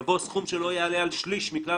יבוא "סכום שלא יעלה על שליש מכלל